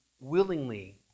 willingly